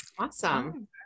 awesome